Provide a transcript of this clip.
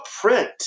print